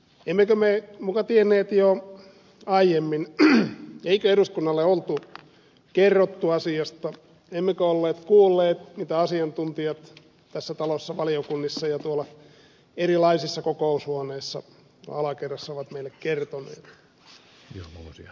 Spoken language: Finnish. emmekö me muka tienneet jo aiemmin eikö eduskunnalle oltu kerrottu asiasta emmekö olleet kuulleet mitä asiantuntijat tässä talossa valiokunnissa ja tuolla erilaisissa kokoushuoneissa alakerrassa ovat meille kertoneet